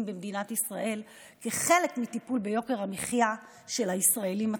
במדינת ישראל כחלק מטיפול ביוקר המחיה של הישראלים הצעירים.